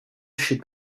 should